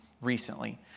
recently